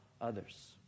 others